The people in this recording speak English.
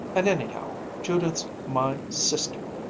and anyhow, judith's my sister.